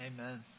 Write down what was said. amen